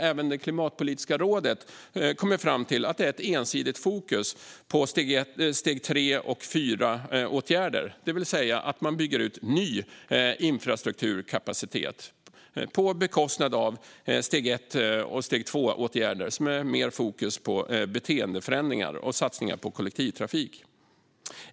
Även Klimatpolitiska rådet kommer fram till att det är ett ensidigt fokus på steg 3 och steg 4-åtgärder, det vill säga att man bygger ut ny infrastrukturkapacitet på bekostnad av steg 1 och steg 2-åtgärder som har mer fokus på beteendeförändringar och satsningar på kollektivtrafik.